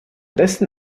dessen